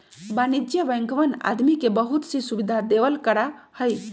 वाणिज्यिक बैंकवन आदमी के बहुत सी सुविधा देवल करा हई